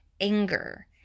anger